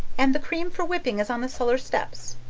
and the cream for whipping is on the sullar steps.